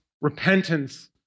repentance